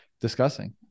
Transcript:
discussing